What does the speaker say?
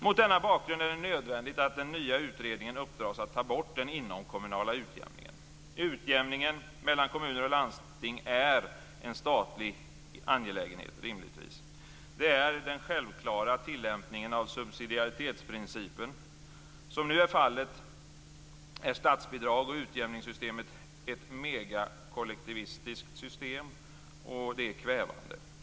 Mot denna bakgrund är det nödvändigt att den nya utredningen får i uppdrag att ta bort den inomkommunala utjämningen. Utjämningen mellan kommuner och landsting är rimligtvis en statlig angelägenhet. Det är den självklara tillämpningen av subsidiaritetsprincipen. Som nu är fallet är statsbidrags och utjämningssystemet ett megakollektivistiskt system, och det är kvävande.